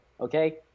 Okay